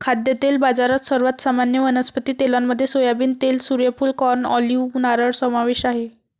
खाद्यतेल बाजारात, सर्वात सामान्य वनस्पती तेलांमध्ये सोयाबीन तेल, सूर्यफूल, कॉर्न, ऑलिव्ह, नारळ समावेश आहे